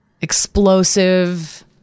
explosive